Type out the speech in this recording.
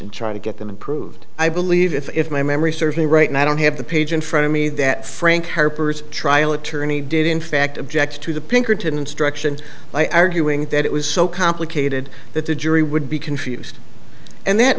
should try to get them approved i believe if my memory serves me right now i don't have the page in front of me that frank harper's trial attorney did in fact objects to the pinkerton instruction by arguing that it was so complicated that the jury would be confused and that